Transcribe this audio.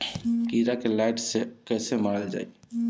कीड़ा के लाइट से कैसे मारल जाई?